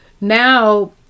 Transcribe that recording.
now